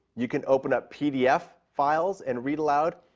you can open up pdf files and read aloud.